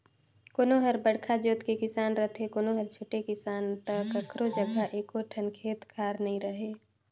कोनो हर बड़का जोत के किसान रथे, कोनो हर छोटे किसान त कखरो जघा एको ठन खेत खार नइ रहय